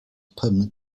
permanent